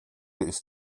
ist